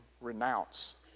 renounce